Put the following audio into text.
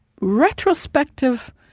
retrospective